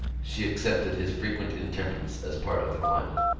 she accepted his frequent intemperance as part of the climate,